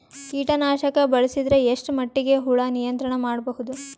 ಕೀಟನಾಶಕ ಬಳಸಿದರ ಎಷ್ಟ ಮಟ್ಟಿಗೆ ಹುಳ ನಿಯಂತ್ರಣ ಮಾಡಬಹುದು?